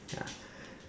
ya